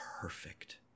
perfect